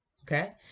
okay